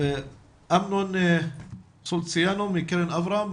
אמנון סוליציאנו מקרן אברהם,